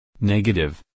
Negative